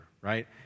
right